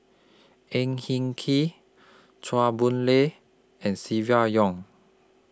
Ang Hin Kee Chua Boon Lay and Silvia Yong